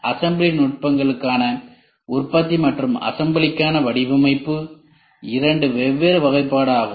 assembly நுட்பங்களுக்கான உற்பத்தி மற்றும் அசம்பிளிகான வடிவமைப்பு இரண்டு வெவ்வேறு வகைப்பாடு ஆகும்